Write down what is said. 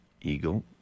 Eagle